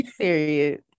Period